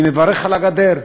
אני מברך על הגדר.